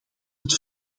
het